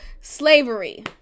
slavery